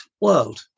World